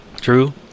True